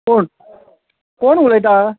कोण कोण उलयता